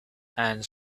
and